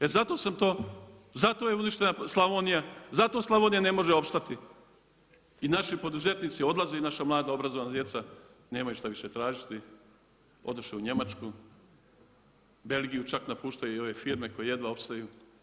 E zato sam to, zato je uništena Slavnija, zato Slavonija ne može opstati i naši poduzetnici odlaze i naša mlada obrazovana djeca nemaju šta više tražiti, odoše u Njemačku, Belgiju, čak napuštaju ove firme koje jedva opstaju.